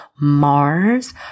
Mars